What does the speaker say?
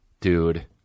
dude